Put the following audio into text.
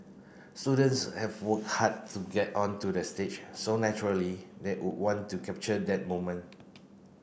students have worked hard to get on to the stage so naturally they would want to capture that moment